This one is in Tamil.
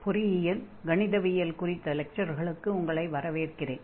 பொறியியல் கணிதவியல் 1 குறித்த லெக்சர்களுக்கு உங்களை வரவேற்கிறேன்